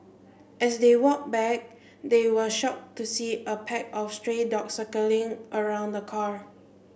as they walked back they were shocked to see a pack of stray dogs circling around the car